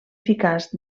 eficaç